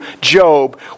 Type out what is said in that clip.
Job